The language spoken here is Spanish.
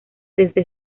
desde